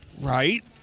right